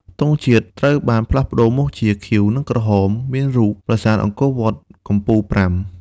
ពណ៌ទង់ជាតិត្រូវបានប្តូរមកជា ពណ៌ខៀវ និងក្រហម មានរូបប្រាសាទអង្គរវត្តកំពូលប្រាំ។